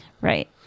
Right